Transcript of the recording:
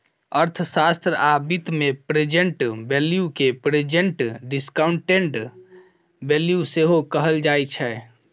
अर्थशास्त्र आ बित्त मे प्रेजेंट वैल्यू केँ प्रेजेंट डिसकांउटेड वैल्यू सेहो कहल जाइ छै